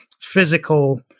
physical